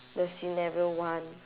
the scenario one